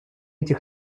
этих